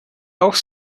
auch